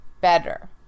better